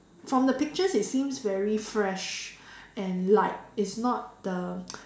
from the pictures it seems very fresh and light it's not the